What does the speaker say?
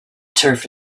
turf